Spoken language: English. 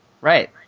Right